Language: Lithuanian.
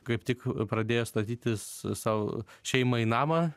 kaip tik pradėjo statytis sau šeimai namą